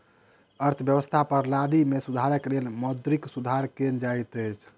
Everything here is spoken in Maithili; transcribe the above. अर्थव्यवस्था प्रणाली में सुधारक लेल मौद्रिक सुधार कयल जाइत अछि